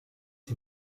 sie